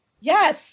yes